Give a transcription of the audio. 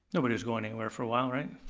nobody is going anywhere for a while, right?